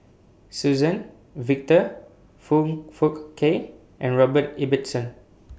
Suzann Victor Foong Fook Kay and Robert Ibbetson